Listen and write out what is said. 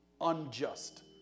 unjust